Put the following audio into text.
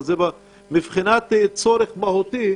מבחינת צורך מהותי,